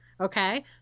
okay